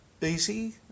easy